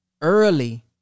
early